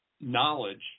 knowledge